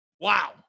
Wow